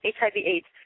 HIV-AIDS